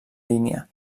línia